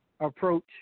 Approach